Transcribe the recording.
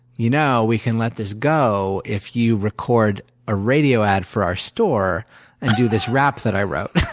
you know, we can let this go if you record a radio ad for our store and do this rap that i wrote.